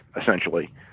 essentially